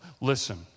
Listen